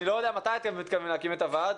אני לא יודע מתי אתם מתכוונים להקים את הוועד.